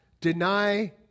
deny